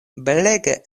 belega